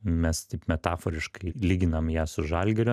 mes taip metaforiškai lyginam ją su žalgirio